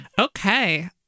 Okay